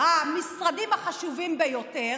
המשרדים החשובים ביותר.